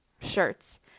shirts